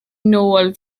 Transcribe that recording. nôl